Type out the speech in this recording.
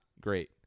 great